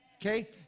Okay